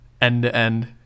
end-to-end